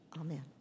Amen